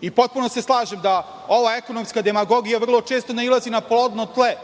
i potpuno se slažem da ova ekonomska demagogija vrlo često nailazi na plodno tle